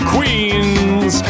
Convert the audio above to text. Queens